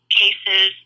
cases